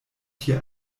hier